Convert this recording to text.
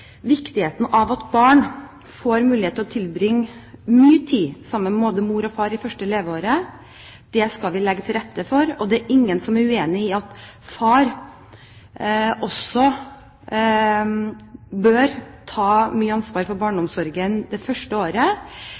viktigheten av å legge til rette for at barn får mulighet til å tilbringe mye tid sammen med både mor og far i første leveåret. Det er ingen som er uenig i at far også bør ta mye ansvar for barneomsorgen det første året,